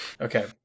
Okay